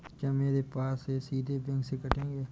क्या मेरे पैसे सीधे बैंक से कटेंगे?